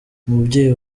umubyeyi